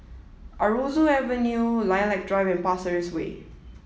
Aroozoo Avenue Lilac Drive and Pasir Ris Way